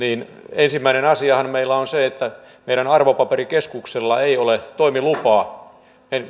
ensimmäinen asiahan meillä on on se että meidän arvopaperikeskuksellamme ei ole toimilupaa